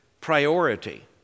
priority